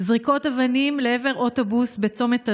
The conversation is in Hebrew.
זריקות אבנים לעבר אוטובוס בצומת ענאתא,